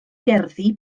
gerddi